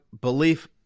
belief